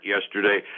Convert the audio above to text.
yesterday